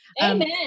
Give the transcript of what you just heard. Amen